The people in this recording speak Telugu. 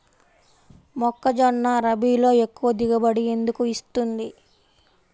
మొక్కజొన్న రబీలో ఎక్కువ దిగుబడి ఎందుకు వస్తుంది?